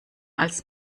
als